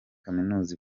kaminuza